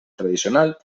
tradicional